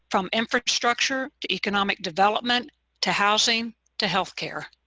from infrastructure to economic development to housing to health care.